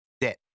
Debt